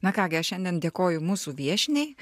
na ką gi aš šiandien dėkoju mūsų viešniai